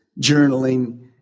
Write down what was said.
journaling